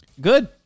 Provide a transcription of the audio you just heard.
Good